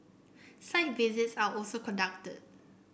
site visits are also conducted